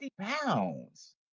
pounds